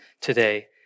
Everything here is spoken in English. today